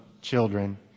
children